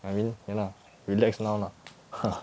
I mean ya lah relax now lah